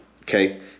Okay